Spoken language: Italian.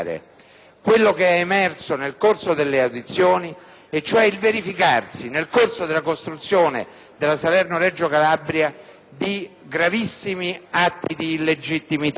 quanto è emerso nel corso delle audizioni e cioè il verificarsi, durante la costruzione della Salerno-Reggio Calabria, di gravissimi atti di illegalità.